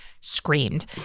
screamed